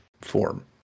form